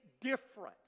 different